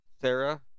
Sarah